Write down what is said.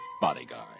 bodyguard